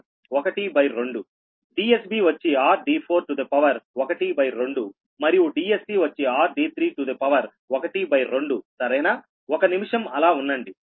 Dsb వచ్చి r d4 to the power 1 by 2 మరియు Dsc వచ్చి r d3 to the power 1 by 2 సరేనా ఒక నిమిషం అలా ఉండండి